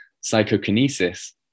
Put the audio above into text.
psychokinesis